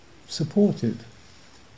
supportive